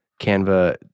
Canva